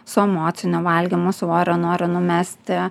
su emociniu valgymu svorio nori numesti